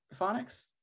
phonics